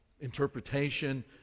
interpretation